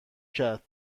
کرد